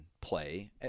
play